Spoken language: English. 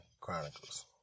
Chronicles